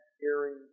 hearing